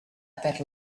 per